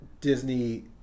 Disney